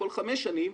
כל חמש שנים,